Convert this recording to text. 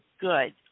good